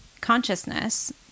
consciousness